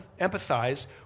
empathize